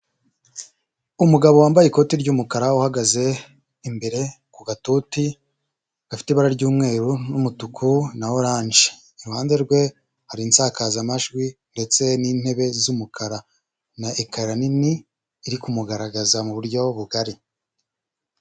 Umugabo wambaye ikoti ry'umukara uhagaze imbere ku gatoti, gafite ibara ry'umweru n'umutuku na oranje, iruhande rwe hari insakazamajwi ndetse n'intebe z'umukara na ekara nini iri kumugaragaza mu buryo bugari.